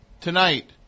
Tonight